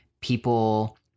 people